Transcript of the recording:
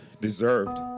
deserved